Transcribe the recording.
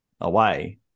away